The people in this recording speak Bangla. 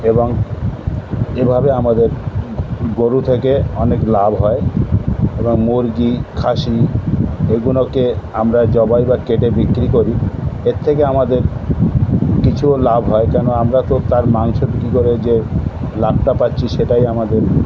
এবং এভাবে আমাদের গরু থেকে অনেক লাভ হয় এবং মুরগি খাসি এগুলোকে আমরা জবাই বা কেটে বিক্রি করি এর থেকে আমাদের কিছু লাভ হয় কেন আমরা তো তার মাংসের কী বলে যে লাভটা পাচ্ছি সেটাই আমাদের